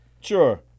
sure